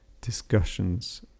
discussions